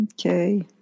Okay